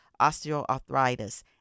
osteoarthritis